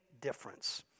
difference